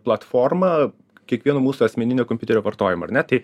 platforma kiekvieno mūsų asmeninio kompiuterio vartojimo ar ne tai